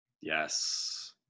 Yes